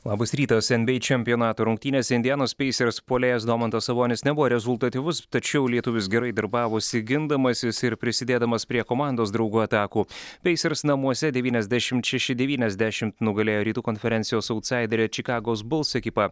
labas rytas nba čempionato rungtynėse indianos peisers puolėjas domantas sabonis nebuvo rezultatyvus tačiau lietuvis gerai darbavosi gindamasis ir prisidėdamas prie komandos draugų atakų peisers namuose devyniasdešimt šeši devyniasdešimt nugalėjo rytų konferencijos autsaiderę čikagos buls ekipą